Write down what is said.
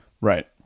right